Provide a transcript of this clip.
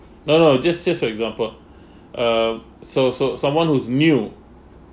no no just just for example uh so so someone who's new